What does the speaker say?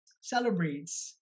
celebrates